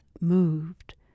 moved